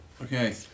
Okay